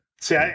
See